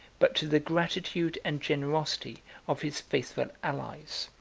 but to the gratitude and generosity of his faithful allies.